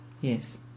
Yes